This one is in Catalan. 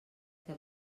que